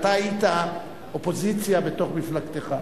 אתה היית אופוזיציה בתוך מפלגתך.